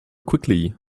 quickly